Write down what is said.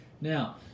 now